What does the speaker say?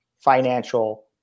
financial